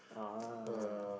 ah